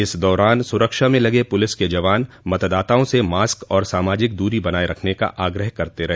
इस दौरान सुरक्षा में लगे पुलिस के जवान मतदाताओं से मास्क और सामाजिक दूरी बनाये रखने का आग्रह करते रहे